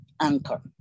anchor